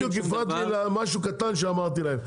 את בדיוק הפרעת לי למשהו קטן שאמרתי להם,